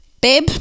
babe